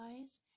guys